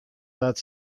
näed